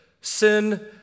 Sin